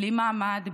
בלי מעמד,